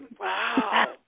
Wow